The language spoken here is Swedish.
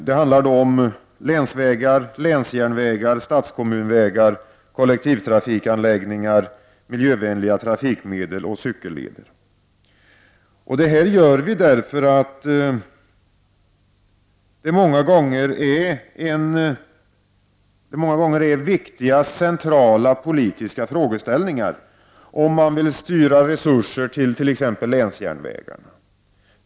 Det handlar om länsvägar, länsjärnvägar, statskommunvägar, kollektivtrafikanläggningar, miljövänliga trafikmedel och cykelleder. Många gånger är det viktiga centrala politiska frågeställningar huruvida resurser skall styras t.ex. till länsjärnvägar.